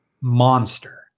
monster